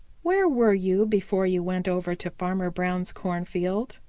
where were you before you went over to farmer brown's cornfield?